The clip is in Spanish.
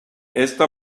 esta